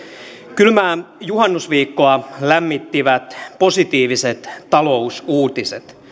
kylmää juhannusviikkoa lämmittivät positiiviset talousuutiset